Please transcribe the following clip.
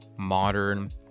modern